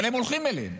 אבל הם הולכים אליהם,